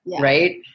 right